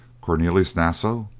cornelius naso,